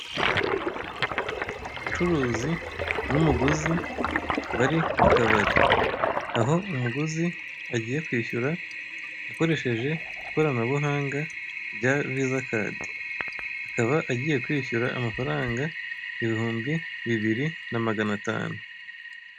Umucuruzi n'umuguzi bari mukabari aho umuguzi agiye kwishyura akoresheje ikoranabuhanga ryaviza kadi. Akaba agiye kwishyura amafaranga ibihumbi bibiri na magana tanu